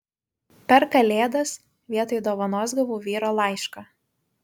per kalėdas vietoj dovanos gavau vyro laišką